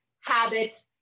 habit